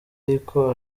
ariko